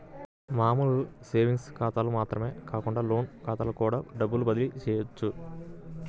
మామూలు సేవింగ్స్ ఖాతాలకు మాత్రమే కాకుండా లోన్ ఖాతాలకు కూడా డబ్బుని బదిలీ చెయ్యొచ్చు